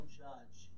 judge